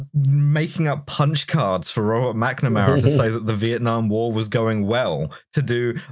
making up punch cards for robert macnamara to say that the vietnam war was going well, to do